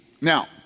Now